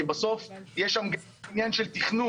כי בסוף יש שם עניין של תכנון.